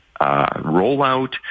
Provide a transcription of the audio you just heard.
rollout